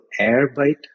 Airbyte